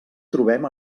trobem